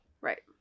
Right